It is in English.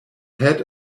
head